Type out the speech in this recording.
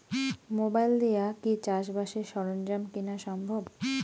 Mobile দিয়া কি চাষবাসের সরঞ্জাম কিনা সম্ভব?